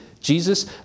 Jesus